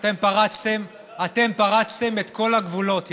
אתם פרצתם את כל הגבולות,